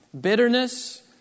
Bitterness